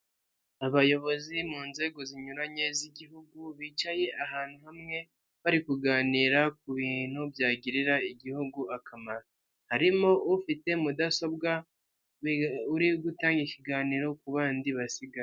Abayobozi mu nzego zinyuranye z'igihugu, bicaye ahantu hamwe, bari kuganira ku bintu byagirira igihugu akamaro. Harimo ufite mudasobwa uri gutanga ikiganiro ku bandi basigaye.